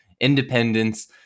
independence